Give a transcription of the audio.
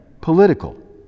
political